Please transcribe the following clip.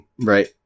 Right